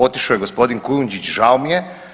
Otišao je gospodin Kujundžić, žao mi je.